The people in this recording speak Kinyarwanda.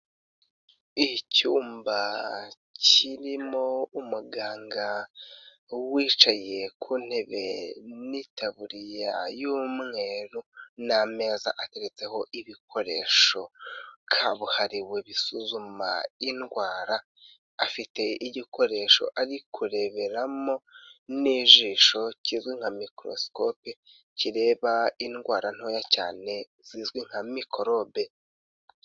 Icyumba kirimo umuganga wicaye ku intebe n'itaburiya y'umweru n'ameza ateretseho ibikoresho kabuhariwe bisuzuma indwara, afite igikoresho ari kureberamo n'jisho kizwi nka mikorosikope kireba indwara ntoya cyane zizwi nka mikorobe.